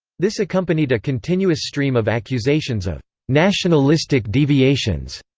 this accompanied a continuous stream of accusations of nationalistic deviations,